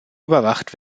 überwacht